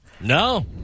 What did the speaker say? No